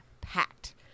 packed